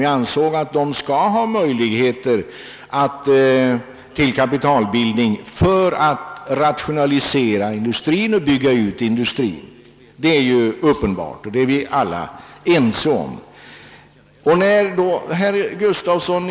Vi ansåg att industrin skulle ha möjligheter till kapitalbildning för att rationalisera och bygga ut. Det är uppenbart, och det är vi alla ense om.